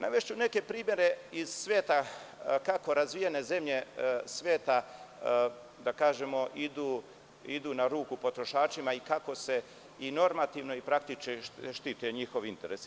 Navešću neke primere iz sveta, kako razvijene zemlje sveta idu na ruku potrošačima i kako se i normativno i praktično štite njihovi interesi.